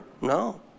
No